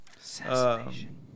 Assassination